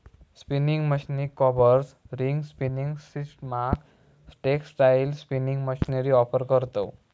spinning मशीनीक combers, ring spinning सिस्टमाक textile spinning machinery offer करतव